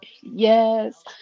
Yes